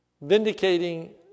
vindicating